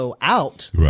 out